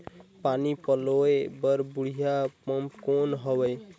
पानी पलोय बर बढ़िया पम्प कौन हवय?